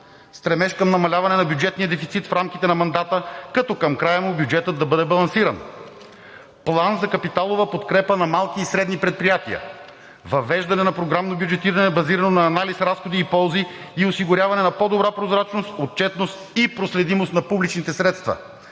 стремеж към намаляване на бюджетния дефицит в рамките на мандата, като към края му бюджетът да бъде балансиран; план за капиталова подкрепа на малките и средните предприятия; въвеждане на програмно бюджетиране, базирано на анализ, разходи и ползи и осигуряване на по-добра прозрачност, отчетност и проследимост на публичните средства;